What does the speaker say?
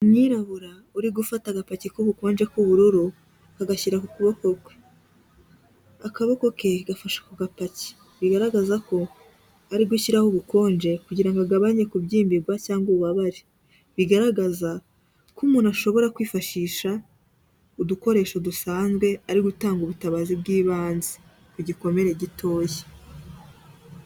Umwirabura uri gufata agapaki k'ubukonje k'ubururu akagashyira ku kuboko kwe, akaboko ke gafashe ku gapaki bigaragaza ko ari gushyiraho ubukonje kugira ngo agabanye kubyimbirwa cyangwa ububabare, bigaragaza ko umuntu ashobora kwifashisha udukoresho dusanzwe ari gutanga ubutabazi bw'ibanze ku gikomere gitoya.